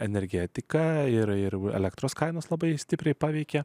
energetiką yra ir elektros kainos labai stipriai paveikė